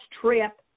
trip